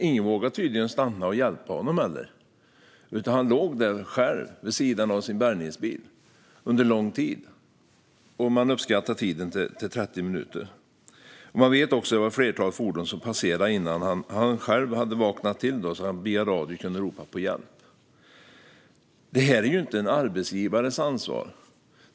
Ingen vågade tydligen heller stanna och hjälpa honom, utan han låg där själv vid sidan av sin bärgningsbil under lång tid. Man uppskattar tiden till 30 minuter. Man vet också att det var ett flertal fordon som passerade innan han själv vaknade till och via radio kunde ropa på hjälp. Det här är ju inte en arbetsgivares ansvar.